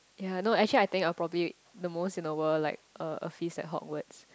ya no actually I think I'll probably the most in the world like uh a feast at Hogwarts